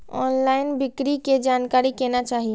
Online बिक्री के जानकारी केना चाही?